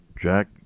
Jack